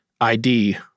ID